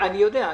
אני יודע.